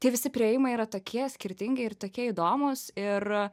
tie visi priėjimai yra tokie skirtingi ir tokie įdomūs ir